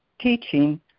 teaching